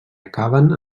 acaben